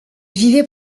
vivait